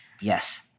Yes